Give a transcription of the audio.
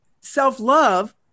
self-love